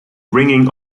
ringing